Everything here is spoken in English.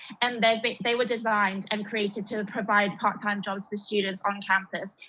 and they but they were designed and created to provide part-time jobs for students on campus.